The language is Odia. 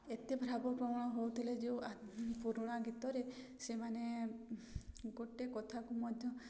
ଏତେ ଭାବପ୍ରବଣ ହେଉଥିଲେ ଯେଉଁ ପୁରୁଣା ଗୀତରେ ସେମାନେ ଗୋଟେ କଥାକୁ ମଧ୍ୟ